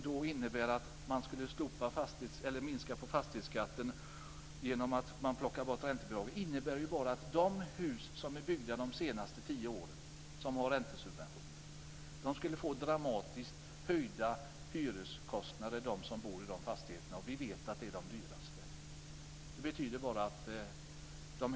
En minskning av fastighetsskatten genom en bortplockning av räntebidragen innebär bara att de som bor i hus som är byggda de senaste tio åren och som har räntesubventioner skulle få dramatiskt höjda hyreskostnader. Vi vet att det är de dyraste.